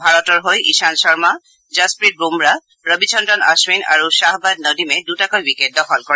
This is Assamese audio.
ভাৰতৰ হৈ ঈশান্ত শৰ্মা যশপ্ৰীত বুমৰাহ ৰবিচন্দ্ৰন অখিন আৰু শ্বাহবাজ নদীমে দুটাকৈ উইকেট দখল কৰে